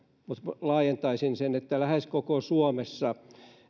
mutta laajentaisin sitä niin että näin on lähes koko suomessa